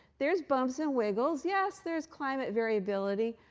there's bumps and wiggles. yes, there's climate variability,